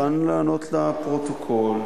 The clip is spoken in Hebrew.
אני מוכן לענות לפרוטוקול.